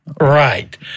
Right